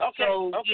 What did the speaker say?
Okay